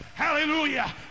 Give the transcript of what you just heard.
Hallelujah